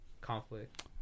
conflict